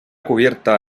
cubierta